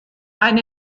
ein